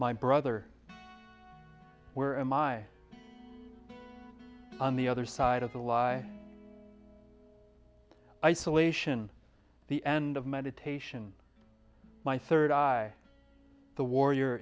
my brother where am i on the other side of the lie isolation the end of meditation my third eye the war